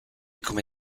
come